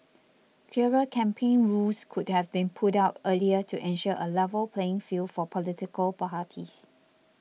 clearer campaign rules could have been put out earlier to ensure a level playing field for political parties